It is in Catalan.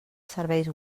serveis